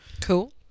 Cool